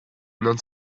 non